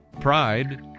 pride